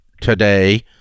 today